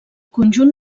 conjunt